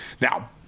Now